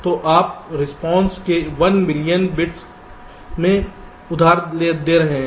तो आप रिस्पांस के 1 बिलियन बिट्स में उधार दे रहे हैं